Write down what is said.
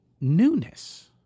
newness